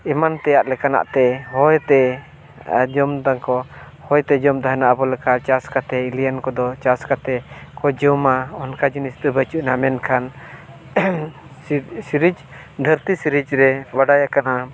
ᱮᱢᱟᱱ ᱛᱮᱭᱟᱜ ᱞᱮᱠᱟᱱᱟᱜ ᱛᱮ ᱦᱚᱭᱛᱮ ᱡᱚᱢ ᱮᱫᱟᱠᱚ ᱦᱚᱭᱛᱮ ᱟᱸᱡᱚᱢ ᱛᱟᱦᱮᱱᱟ ᱟᱵᱚ ᱞᱮᱠᱟ ᱪᱟᱥ ᱠᱟᱛᱮᱫ ᱮᱞᱤᱭᱟᱱ ᱠᱚᱫᱚ ᱪᱟᱥ ᱠᱟᱛᱮᱫ ᱠᱚ ᱡᱚᱢᱟ ᱚᱱᱠᱟ ᱡᱤᱱᱤᱥ ᱫᱚ ᱵᱟᱹᱪᱩᱜ ᱟᱱᱟᱜ ᱢᱮᱱᱠᱷᱟᱱ ᱥᱤᱨᱤᱡᱽ ᱫᱷᱟᱹᱨᱛᱤ ᱥᱤᱨᱤᱡᱽ ᱨᱮ ᱵᱟᱰᱟᱭ ᱟᱠᱟᱱᱟ